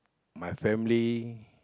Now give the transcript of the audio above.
my family